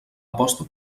aposta